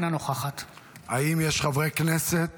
אינה נוכחת האם יש חברי כנסת